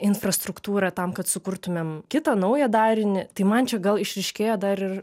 infrastruktūrą tam kad sukurtumėm kitą naują darinį tai man čia gal išryškėjo dar ir